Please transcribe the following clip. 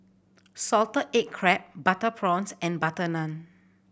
salted egg crab butter prawns and butter naan